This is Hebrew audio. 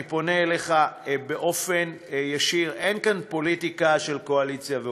אני פונה אליך באופן ישיר: אין כאן פוליטיקה של קואליציה ואופוזיציה,